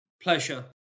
pleasure